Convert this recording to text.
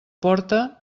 porta